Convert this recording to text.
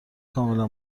کاملا